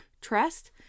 Trust